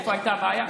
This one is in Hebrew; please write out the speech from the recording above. איפה הייתה הבעיה?